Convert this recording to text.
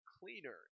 cleaner